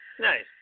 Nice